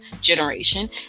generation